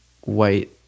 white